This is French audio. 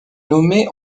nommée